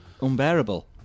unbearable